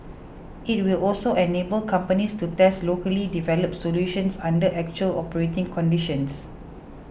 it will also enable companies to test locally developed solutions under actual operating conditions